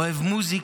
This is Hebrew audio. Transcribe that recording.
הוא אוהב מוסיקה,